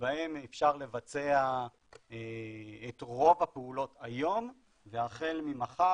שבהן אפשר לבצע את רוב הפעולות היום והחל ממחר,